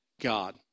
God